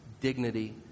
dignity